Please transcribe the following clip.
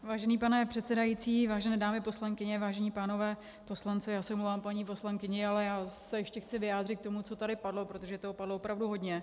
Vážený pane předsedající, vážené dámy poslankyně, vážení pánové poslanci já se omlouvám paní poslankyni , ale já se ještě chci vyjádřit k tomu, co tady padlo, protože toho padlo opravdu hodně.